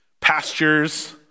Pastures